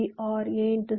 B OR A